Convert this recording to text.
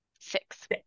six